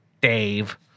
Dave